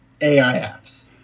AIFs